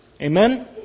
Amen